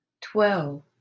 Twelve